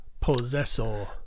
Possessor